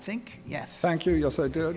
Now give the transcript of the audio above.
think yes thank you yes i d